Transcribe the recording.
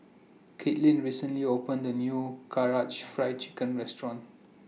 Katelynn recently opened A New Karaage Fried Chicken Restaurant